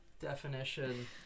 definition